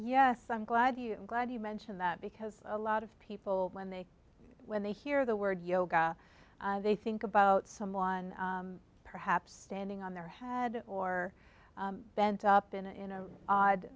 yes i'm glad you glad you mention that because a lot of people when they when they hear the word yoga they think about someone perhaps standing on their had or bent up in an odd